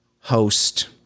host